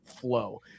flow